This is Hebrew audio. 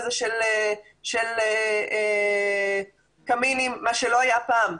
מה שלא היה פעם.